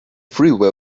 freeway